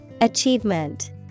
Achievement